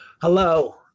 Hello